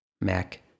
Mac